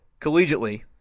collegiately